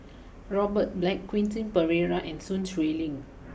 Robert Black Quentin Pereira and Sun Xueling